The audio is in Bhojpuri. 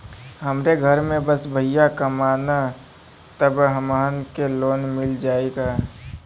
हमरे घर में बस भईया कमान तब हमहन के लोन मिल जाई का?